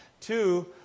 Two